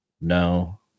no